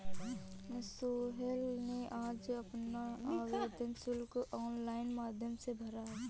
सोहेल ने आज अपना आवेदन शुल्क ऑनलाइन माध्यम से भरा